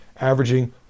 averaging